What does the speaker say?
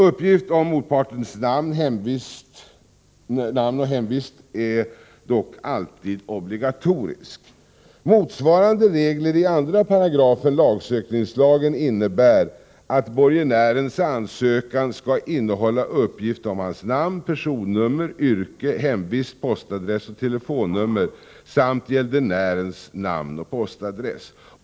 Uppgift om motpartens namn och hemvist är dock alltid obligatorisk. Motsvarande regler i 2§ lagsökningslagen innebär att borgenärens ansökan skall innehålla uppgift om hans namn, personnummer, yrke, hemvist, postadress och telefonnummer samt gäldenärens namn och postadress.